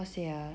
how say uh